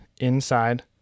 inside